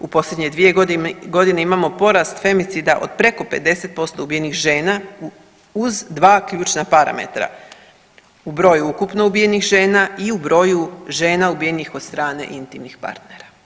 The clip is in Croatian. U posljednje 2.g. imamo porast femicida od preko 50% ubijenih žena uz dva ključna parametra, u broju ukupno ubijenih žena i u broju žena ubijenih od strane intimnih partnera.